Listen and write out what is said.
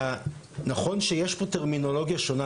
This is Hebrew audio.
נכון שיש פה טרמינולוגיה שונה,